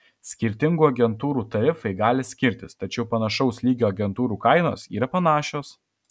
skirtingų agentūrų tarifai gali skirtis tačiau panašaus lygio agentūrų kainos yra panašios